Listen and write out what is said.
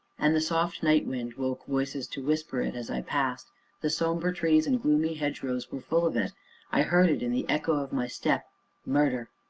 and the soft night-wind woke voices to whisper it as i passed the somber trees and gloomy hedgerows were full of it i heard it in the echo of my step murder!